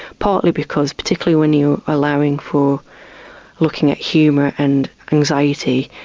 partly because particularly when you're allowing for looking at humour and anxiety,